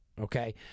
Okay